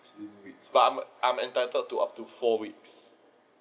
sixteen weeks but I'm I'm entitled to up to four weeks